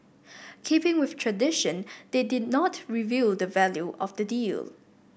keeping with tradition they did not reveal the value of the deal